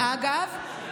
ואגב,